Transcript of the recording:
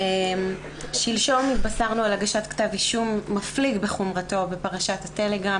שלשום התבשרנו על הגשת כתב אישום מפליג בחומרתו בפרשת הטלגרם